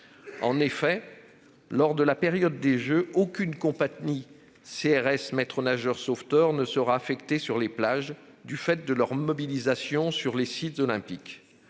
En effet, durant la période des Jeux, aucune compagnie de CRS maîtres-nageurs sauveteurs (MNS) ne sera affectée sur les plages, du fait de leur mobilisation sur les sites olympiques.